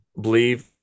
believe